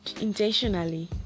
intentionally